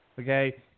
Okay